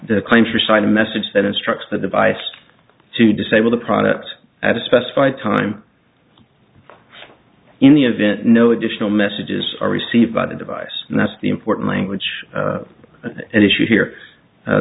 the countryside message that instructs the device to disable the product at a specified time in the event no additional messages are received by the device and that's the important language at issue here